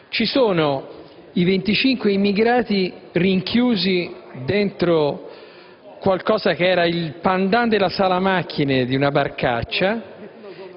Ci sono i 25 immigrati rinchiusi dentro qualcosa che era il *pendant* della sala macchine di una barcaccia,